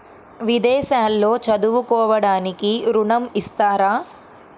విదేశాల్లో చదువుకోవడానికి ఋణం ఇస్తారా?